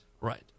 Right